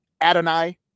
Adonai